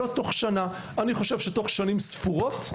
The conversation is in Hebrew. לא תוך שנה אלא תוך שנים ספורות,